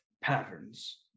patterns